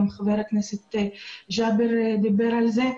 גם ח"כ ג'אבר דיבר על זה.